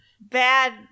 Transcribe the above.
bad